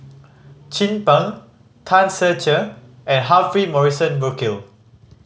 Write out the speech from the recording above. Chin Peng Tan Ser Cher and Humphrey Morrison Burkill